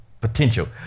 Potential